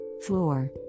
floor